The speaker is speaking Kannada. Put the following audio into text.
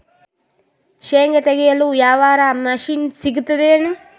ಶೇಂಗಾ ತೆಗೆಯಲು ಯಾವರ ಮಷಿನ್ ಸಿಗತೆದೇನು?